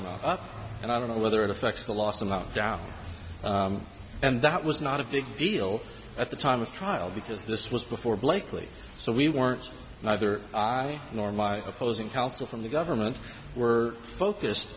life and i don't know whether it affects the last amount down and that was not a big deal at the time of trial because this was before blakely so we weren't neither i nor my opposing counsel from the government were focused